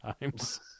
times